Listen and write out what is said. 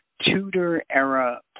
Tudor-era